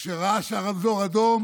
וכשראה שהרמזור אדום